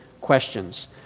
questions